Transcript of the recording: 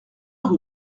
rue